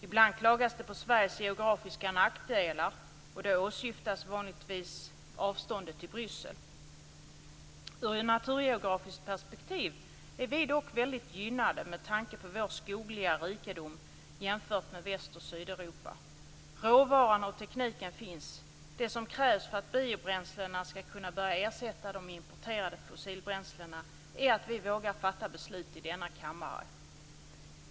Ibland klagas det på Sveriges geografiska nackdelar, och då åsyftas vanligtvis avståndet till Bryssel. I naturgeografiskt perspektiv är vi dock väldigt gynnade med tanke på vår skogliga rikedom jämfört med Väst och Sydeuropa. Råvaran och tekniken finns. Det som krävs för att biobränslena skall kunna börja ersätta de importerade fossilbränslena är att vi vågar fatta beslut i denna kammare.